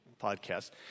podcast